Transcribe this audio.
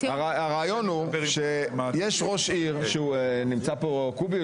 הרעיון הוא שיש ראש עיר, שנמצא פה, קובי?